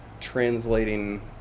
translating